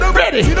ready